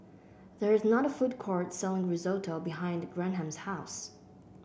there is not food court selling Risotto behind Graham's house